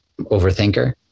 overthinker